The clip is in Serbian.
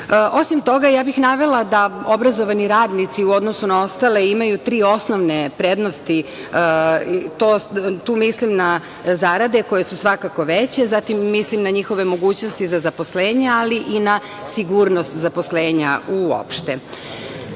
toga, ja bih navela da obrazovani radnici u odnosu na ostale imaju tri osnovne prednosti. Tu mislim na zarade, koje su svakako veće, mislim na njihove mogućnosti za zaposlenje, ali i na sigurnost zaposlenja uopšte. Ako